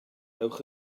ewch